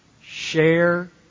Share